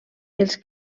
els